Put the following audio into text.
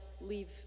leave